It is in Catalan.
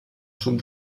sud